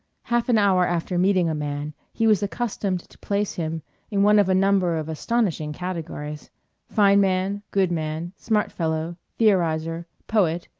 half an hour after meeting a man he was accustomed to place him in one of a number of astonishing categories fine man, good man, smart fellow, theorizer, poet,